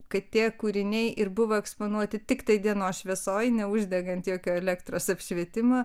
kad tie kūriniai ir buvo eksponuoti tiktai dienos šviesoje neuždegant jokio elektros apšvietimo